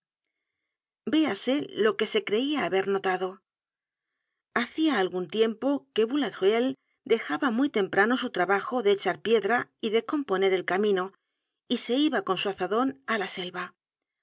véase lo que se creia haber notado hacia algun tiempo que boulatruelle dejaba muy temprano su trabajo de echar piedra y de componer el camino y se iba con su azadon á la selva